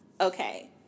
Okay